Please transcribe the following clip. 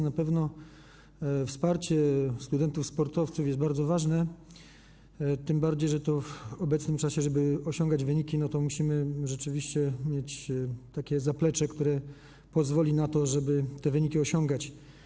Na pewno wsparcie studentów sportowców jest bardzo ważne, tym bardziej że w obecnym czasie, żeby osiągać wyniki, to musimy rzeczywiście mieć takie zaplecze, które pozwoli na to, żeby te wyniki osiągać.